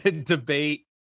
debate